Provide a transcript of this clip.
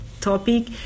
topic